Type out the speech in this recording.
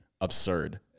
absurd